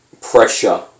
pressure